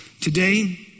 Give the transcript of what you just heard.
Today